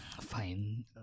fine